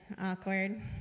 awkward